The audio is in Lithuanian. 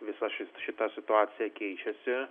visa ši šita situacija keičiasi